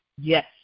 Yes